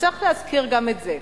וצריך להזכיר גם את זה.